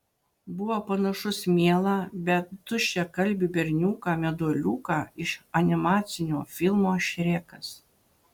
buvo panašus mielą bet tuščiakalbį berniuką meduoliuką iš animacinio filmo šrekas